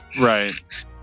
right